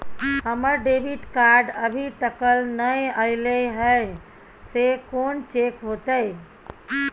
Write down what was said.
हमर debit card अभी तकल नय अयले हैं, से कोन चेक होतै?